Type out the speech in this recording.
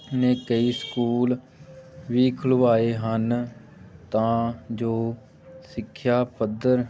ਨੇ ਕਈ ਸਕੂਲ ਵੀ ਖੁਲਵਾਏ ਹਨ ਤਾਂ ਜੋ ਸਿੱਖਿਆ ਪੱਧਰ